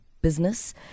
business